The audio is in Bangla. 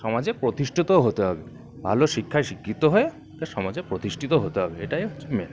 সমাজে প্রতিষ্ঠিতও হতে হবে ভালো শিক্ষায় শিক্ষিত হয়ে তাকে সমাজে প্রতিষ্ঠিত হতে হবে এটাই হচ্ছে মেন